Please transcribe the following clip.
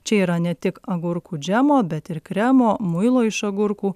čia yra ne tik agurkų džemo bet ir kremo muilo iš agurkų